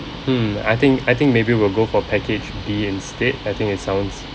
mm I think I think maybe we'll go for package B instead I think it sounds